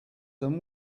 them